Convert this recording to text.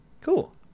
Cool